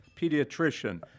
pediatrician